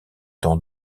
dans